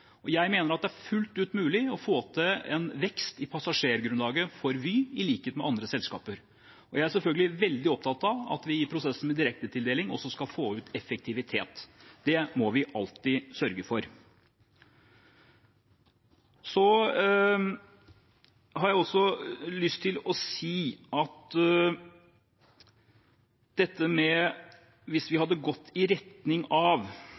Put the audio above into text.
Jeg mener det er fullt mulig å få til en vekst i passasjergrunnlaget for Vy, slik det er for andre selskaper. Jeg er selvfølgelig veldig opptatt av at vi i prosessen med direktetildeling også skal få ut effektivitet. Det må vi alltid sørge for. Hvis man ser på hva som er erfaringen i andre land, så gjøres det ulikt. Andre land velger de samme modellene som vi